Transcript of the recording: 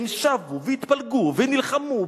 הם שבו והתפלגו ונלחמו ,